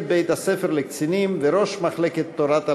בית-הספר לקצינים וראש מחלקת תורת הלחימה,